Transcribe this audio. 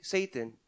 Satan